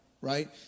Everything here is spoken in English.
right